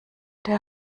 der